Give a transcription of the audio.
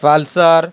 pulsar